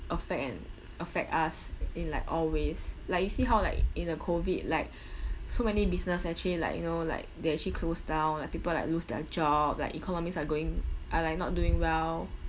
affect and affect us in like all ways like you see how like in a COVID like so many business actually like you know like they actually closed down like people like lose their job like economies are going are like not doing well